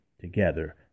together